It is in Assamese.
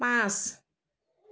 পাঁচ